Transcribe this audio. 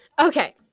Okay